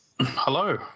Hello